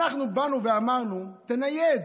אנחנו באנו ואמרנו: תנייד.